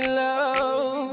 love